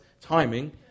timing